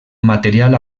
material